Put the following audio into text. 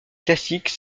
classiques